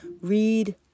Read